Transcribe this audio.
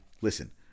Listen